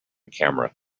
camera